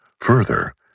Further